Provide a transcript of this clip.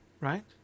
Right